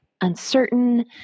uncertain